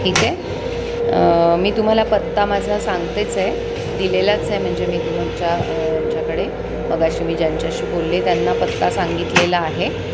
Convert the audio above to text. ठीक आहे मी तुम्हाला पत्ता माझा सांगतेच आहे दिलेलाच आहे म्हणजे मी तुमच्या यांच्याकडे मघाशी मी ज्यांच्याशी बोलले त्यांना पत्ता सांगितलेला आहे